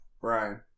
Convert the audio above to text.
Brian